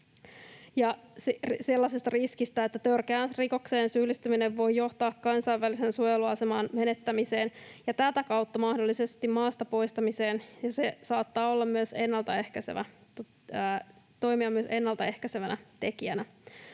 sellaisesta mahdollisuudesta, että törkeään rikokseen syyllistyminen voi johtaa kansainvälisen suojeluaseman menettämiseen ja tätä kautta mahdollisesti maasta poistamiseen ja se saattaa toimia myös ennaltaehkäisevänä tekijänä.